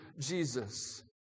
Jesus